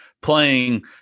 playing